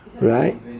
Right